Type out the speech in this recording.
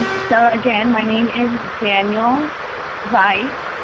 so again, my name is daniel veit.